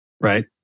right